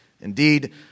Indeed